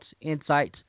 insights